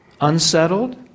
unsettled